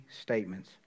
statements